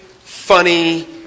funny